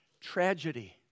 tragedy